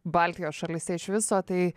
baltijos šalyse iš viso tai